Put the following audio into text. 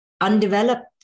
undeveloped